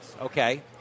okay